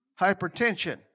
Hypertension